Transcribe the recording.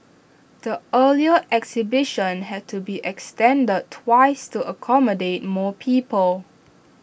the earlier exhibition had to be extended twice to accommodate more people